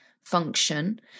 function